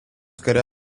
kare